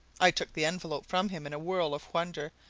i took the envelope from him in a whirl of wonder,